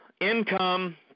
income